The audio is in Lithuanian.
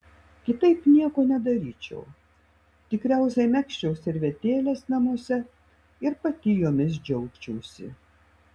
kitaip nieko nedaryčiau tikriausiai megzčiau servetėles namuose ir pati jomis džiaugčiausi